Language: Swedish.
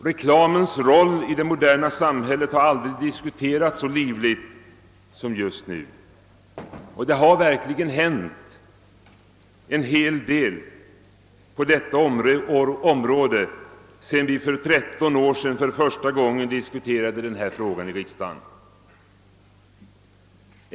Reklamens roll i det moderna samhället har aldrig diskuterats så livligt som nu, och det har verkligen hänt en hel del på detta område sedan vi för 13 år sedan första gången diskuterade denna fråga i riksdagen.